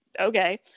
Okay